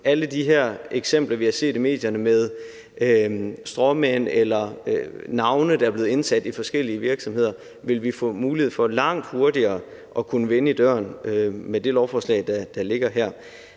af den her slags, vi har set i medierne, på stråmænd eller navne, der er blevet indsat i forskellige virksomheder, vil vi få mulighed for langt hurtigere at kunne vende i døren med det lovforslag, der ligger her.